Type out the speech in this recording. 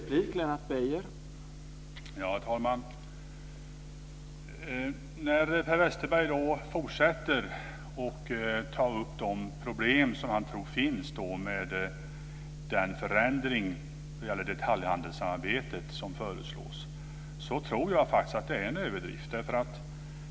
Herr talman! När Per Westerberg fortsätter att ta upp de problem som han tror finns med i den förändring som föreslås när det gäller detaljhandelssamarbetet tror jag faktiskt att det är en överdrift.